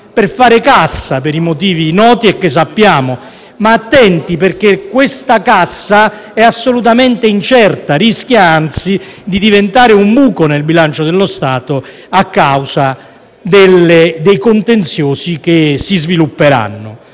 per fare cassa, per i motivi noti, che conosciamo. Attenti, però, perché questa cassa è assolutamente incerta e rischia anzi di diventare un buco nel bilancio dello Stato, a causa dei contenziosi che si svilupperanno.